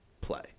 play